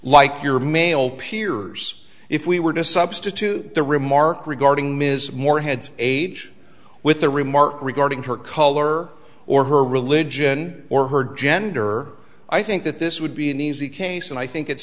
like your male peers if we were to substitute the remark regarding ms more heads age with the remark regarding her color or her religion or her gender i think that this would be an easy case and i think it's